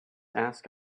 ask